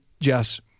Jess